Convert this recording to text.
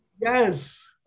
Yes